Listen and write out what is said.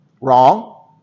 Wrong